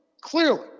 clearly